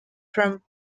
from